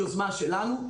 יוזמה שלנו.